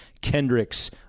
Kendricks